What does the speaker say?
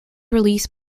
released